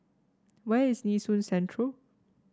where is Nee Soon Central